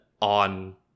on